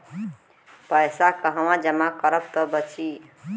पैसा कहवा जमा करब त बची?